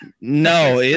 No